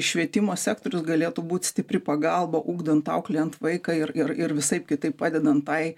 švietimo sektorius galėtų būt stipri pagalba ugdant auklėjant vaiką ir ir ir visaip kitaip padedant tai